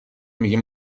میگه